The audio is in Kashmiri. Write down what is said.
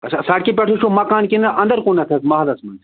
اچھا سڑکہِ پٮ۪ٹھٕے چھُو مکان کِنہٕ اَندَر کُنَتھ حظ محلس منٛز